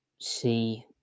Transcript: see